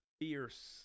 Fierce